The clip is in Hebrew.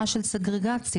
עדיין מאוד קר בחוץ.